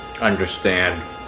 understand